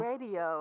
Radio